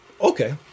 Okay